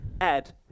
Ed